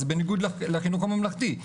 זה בניגוד לחינוך הממלכתי.